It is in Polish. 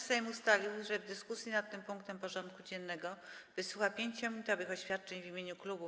Sejm ustalił, że w dyskusji nad tym punktem porządku dziennego wysłucha 5-minutowych oświadczeń w imieniu klubów i kół.